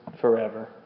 forever